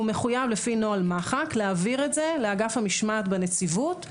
הוא מחויב לפי נוהל --- להעביר את זה לאגף המשמעת בנציבות,